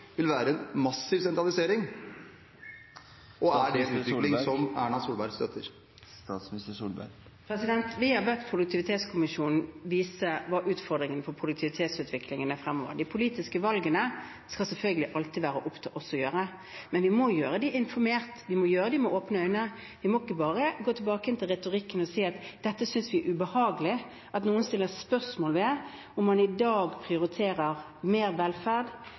vil være en massiv sentralisering, og er det en utvikling som Erna Solberg støtter? Vi har bedt Produktivitetskommisjonen vise hva utfordringene for produktivtetsutviklingen er fremover. De politiske valgene skal det selvfølgelig alltid være opp til oss å gjøre. Men vi må gjøre dem ut fra informasjon, vi må gjøre dem med åpne øyne. Vi må ikke bare gå tilbake igjen til retorikken og si at vi synes det er ubehagelig at noen stiller spørsmål ved om man i dag prioriterer mer velferd,